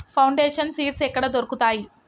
Foundation seeds ఎక్కడ దొరుకుతాయి?